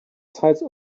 size